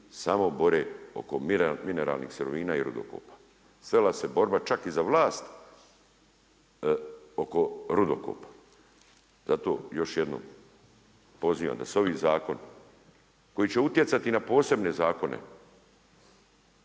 samo bore oko mineralnih sirovina i rudokopa. Svela se borba čak i za vlast oko rudokopa. Zato još jednom pozivam da se ovi zakoni koji će utjecati na posebne zakone